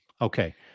Okay